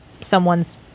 someone's